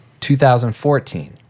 2014